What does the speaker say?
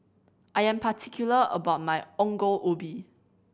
I am particular about my Ongol Ubi